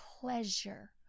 pleasure